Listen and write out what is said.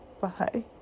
Bye